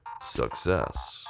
success